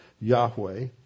Yahweh